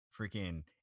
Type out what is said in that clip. freaking